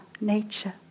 nature